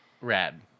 Rad